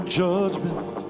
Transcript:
judgment